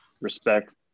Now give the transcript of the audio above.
Respect